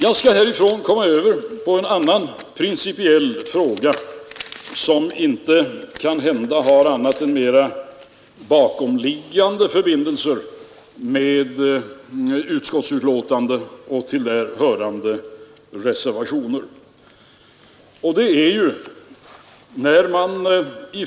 Jag skall gå över till en annan fråga, som kanhända inte har annat än bakomliggande förbindelser med utskottsbetänkandet och därtill hörande reservation.